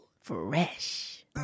Fresh